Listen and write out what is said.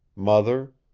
mother,